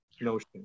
notion